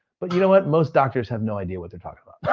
but you know what? most doctors have no idea what they're talking about.